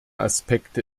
aspekte